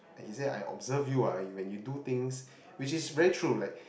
he said I observed you ah when you do things which is very true like